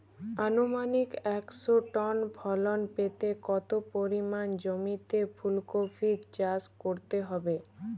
আনুমানিক একশো টন ফলন পেতে কত পরিমাণ জমিতে ফুলকপির চাষ করতে হবে?